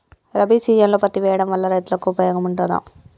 రబీ సీజన్లో పత్తి వేయడం వల్ల రైతులకు ఉపయోగం ఉంటదా?